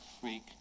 freak